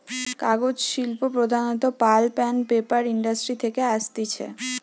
কাগজ শিল্প প্রধানত পাল্প আন্ড পেপার ইন্ডাস্ট্রি থেকে আসতিছে